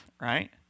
right